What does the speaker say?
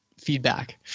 feedback